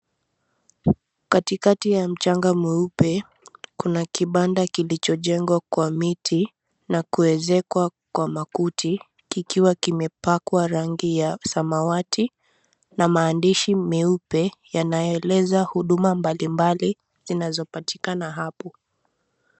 Katikati ya mchanga mweupe, kuna kibanda kilichojengwa kwa miti na kuwezekwa kwa makuti, kikiwa kimepakwa rangi ya samawati na maandishi meupe yanayoeleza huduma mbalimbali zinazopatikana hapo.